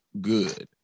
good